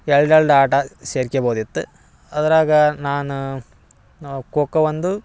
ಎರಡು ಎರಡು ಆಟ ಸೇರ್ಕೆಬೋದಿತ್ತು ಅದ್ರಾಗ ನಾನು ನಾವು ಖೋಖೋ ಒಂದು